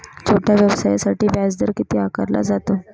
छोट्या व्यवसायासाठी व्याजदर किती आकारला जातो?